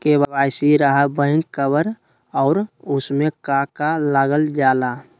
KYC रहा back cover और उसमें का का लागल जाला?